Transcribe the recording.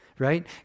Right